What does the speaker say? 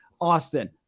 Austin